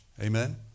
Amen